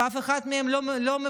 ואף אחד מהם לא מוותר.